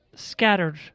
scattered